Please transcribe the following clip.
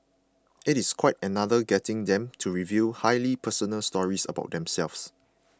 it is quite another getting them to reveal highly personal stories about themselves